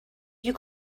you